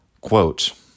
quote